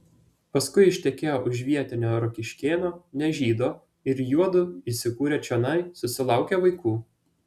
paskui ištekėjo už vietinio rokiškėno ne žydo ir juodu įsikūrę čionai susilaukė vaikų